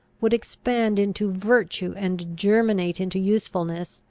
would expand into virtue and germinate into usefulness,